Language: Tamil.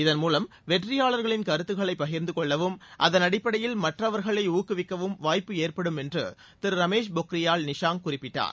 இதன்மூலம் வெற்றியாளர்களின் கருத்துக்களை பகிர்ந்து கொள்ளவும் அதன் அடிப்படையில் மற்றவர்களை ஊக்குவிக்கவும் வாய்ப்பு ஏற்படும் என்றும் திரு ரமேஷ் பொக்ரியால் நிஷாங் குறிப்பிட்டார்